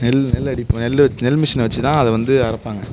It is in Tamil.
நெல் நெல் அடிப் நெல் நெல் மிஷினை வச்சு தான் அதை வந்து அறுப்பாங்க